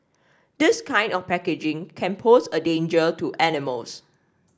this kind of packaging can pose a danger to animals